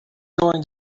going